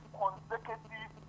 consecutive